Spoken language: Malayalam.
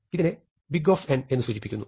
ഇതിനെ ബിഗ് O എന്ന് സൂചിപ്പിക്കുന്നു